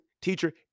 teacher